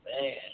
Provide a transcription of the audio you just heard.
Man